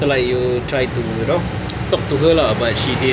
so like you try to you know talk to her lah but she didn't